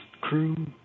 crew